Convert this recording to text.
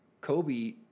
Kobe